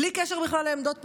בלי קשר בכלל לעמדות פוליטיות,